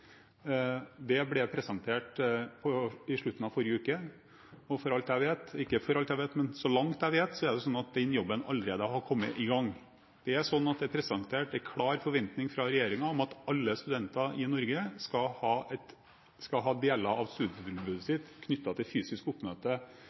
det er uhyre viktig. Det ble presentert i slutten av forrige uke, og så langt jeg vet, er den jobben allerede kommet i gang. Det er presentert en klar forventning fra regjeringen om at alle studenter i Norge skal ha deler av studietilbudet